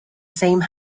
same